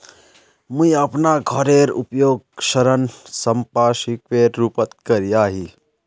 मुई अपना घोरेर उपयोग ऋण संपार्श्विकेर रुपोत करिया ही